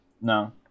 No